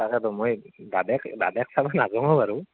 তাকেতো মই দাদাক দাদাক চাব নাযাওঁ বাৰু